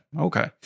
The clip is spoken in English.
Okay